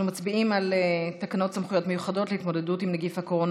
אנחנו מצביעים על תקנות סמכויות מיוחדות להתמודדות עם נגיף הקורונה